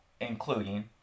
including